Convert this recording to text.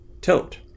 tilt